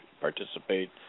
participate